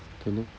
don't know